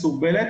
מסורבלת